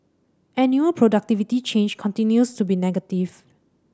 annual productivity change continues to be negative